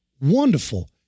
wonderful